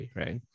right